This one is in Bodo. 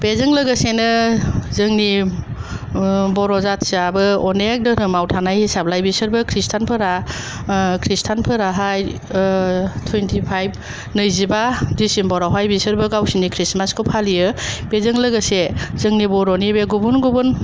बेजों लोगोसेनो जोंनि ओ बर' जाथिआबो अनेख धोरोमआव थानाइ हिसाबलाय बिसोरबो खृष्टियान फोरा ओ खृष्टियान फोराहाय ओ टुवेन्टि फाइब नैजिबा डिसेम्बर आवहाय बिसोरबो गावसिनि खृष्टमास खौ फालियो बेजों लोगोसे जोंनि बर'नि बे गुबुन गुबुन